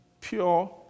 pure